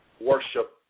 worship